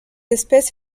espèce